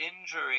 injury